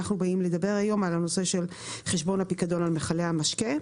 אנחנו באים לדבר היום על הנושא של חשבון הפיקדון על מכלי המשקה.